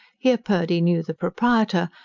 here purdy knew the proprietor,